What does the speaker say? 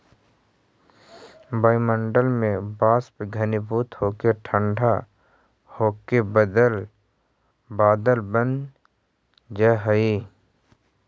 वायुमण्डल में वाष्प घनीभूत होके ठण्ढा होके बादल बनऽ हई